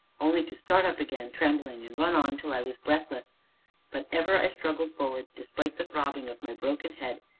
only to start up again, trembling, and run on till i was breathless but ever i struggled forward, despite the throbbing of my broken head,